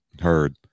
Heard